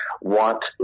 want